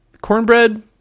cornbread